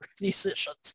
musicians